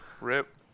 Rip